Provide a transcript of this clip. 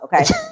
Okay